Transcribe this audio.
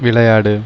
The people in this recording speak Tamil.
விளையாடு